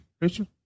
Rachel